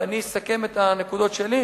ואני אסכם את הנקודות שלי,